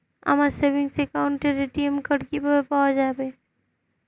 আমার সেভিংস অ্যাকাউন্টের ATM card কিভাবে পাওয়া যাবে?